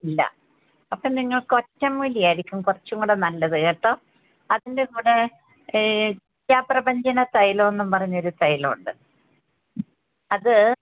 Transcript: ഇല്ല അപ്പം നിങ്ങൾക്ക് ഒറ്റമൂലി ആയിരിക്കും കുറച്ചും കൂട നല്ലത് കേട്ടോ അതിൻറ്റെ കൂടെ ശാത്ര പഞ്ചന തൈലമെന്നും പറഞ്ഞൊരു തൈലമുണ്ട് അത്